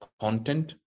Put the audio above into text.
content